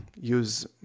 use